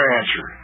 answer